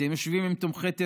אתם יושבים עם תומכי טרור,